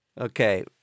Okay